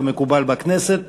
כמקובל בכנסת.